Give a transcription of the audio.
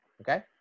Okay